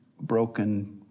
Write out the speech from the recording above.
broken